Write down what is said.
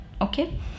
Okay